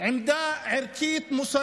היא עמדה ערכית-מוסרית.